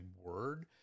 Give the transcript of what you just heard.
word